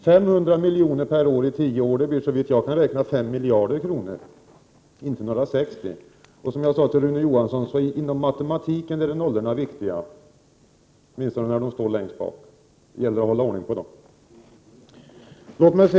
500 milj.kr. per år i tio år blir såvitt jag förstår 5 miljarder kronor och inte några 60 miljarder kronor. Jag sade till Rune Johansson att nollorna är viktiga i matematiken, åtminstone när de står efter en annan siffra. Det gäller att hålla ordning på dem.